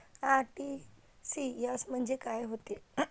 RTGS म्हंजे काय होते?